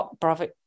Bravo